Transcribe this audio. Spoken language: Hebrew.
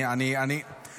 הוא פה?